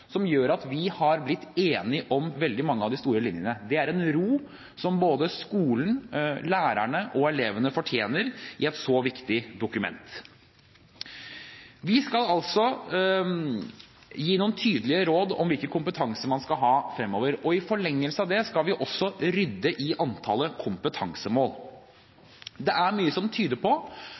som gjør at vi har blitt enige om veldig mange av de store linjene. Det gir ro i et så viktig dokument, en ro som både skolen, lærerne og elevene fortjener. Vi skal altså gi noen tydelige råd om hvilke kompetanser man skal ha fremover, og i forlengelsen av det skal vi også rydde i antallet kompetansemål. Det er mye som tyder på